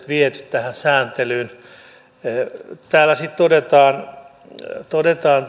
viety tähän sääntelyyn täällä esityksessä todetaan